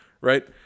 right